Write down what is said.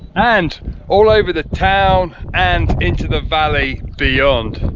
and o like ver the town and into the valley beyond.